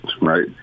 right